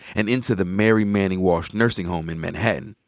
and into the mary manning walsh nursing home in manhattan,